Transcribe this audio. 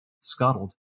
scuttled